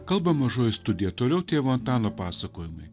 kalba mažoji studija toliau tėvo antano pasakojimai